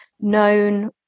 known